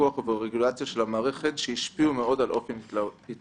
בפיקוח וברגולציה של המערכת שהשפיעו מאוד על אופן התנהלותה.